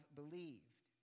believed